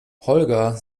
holger